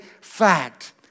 fact